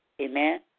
Amen